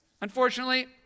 Unfortunately